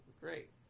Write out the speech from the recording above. Great